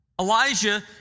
Elijah